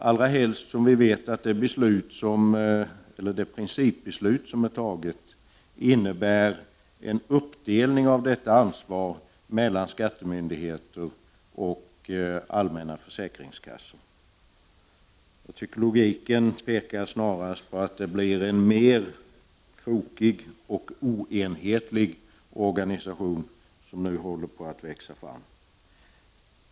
Vi vet ju att det beslut som är fattat innebär en uppdelning av detta ansvar mellan skattemyndigheter och allmänna försäkringskassan. Jag tycker att logiken snarast pekar i riktning mot att det är en mer krokig och oenhetlig organisation som nu håller på att växa fram.